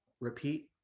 repeat